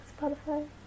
spotify